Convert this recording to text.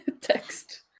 text